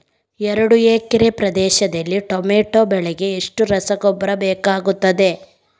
ಎರಡು ಎಕರೆ ಪ್ರದೇಶದಲ್ಲಿ ಟೊಮ್ಯಾಟೊ ಬೆಳೆಗೆ ಎಷ್ಟು ರಸಗೊಬ್ಬರ ಬೇಕಾಗುತ್ತದೆ?